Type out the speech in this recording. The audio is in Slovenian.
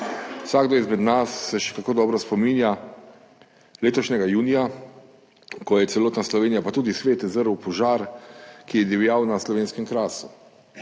Vsakdo izmed nas se še kako dobro spominja letošnjega junija, ko je celotna Slovenija, pa tudi svet, zrla v požar, ki je divjal na slovenskem Krasu.